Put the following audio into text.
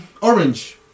Orange